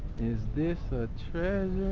is this a treasure